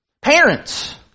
Parents